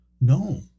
no